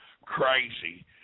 Crazy